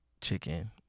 Chicken